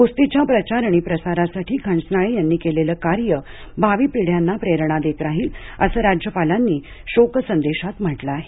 कुस्तीच्या प्रचार आणि प्रसारासाठी खंचनाळे यांनी केलेलं कार्य भावी पिढ्यांना प्रेरणा देत राहील असं राज्यपालांनी शोकसंदेशात म्हटलं आहे